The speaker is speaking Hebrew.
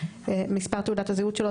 מספר תעודת הזהות שלו,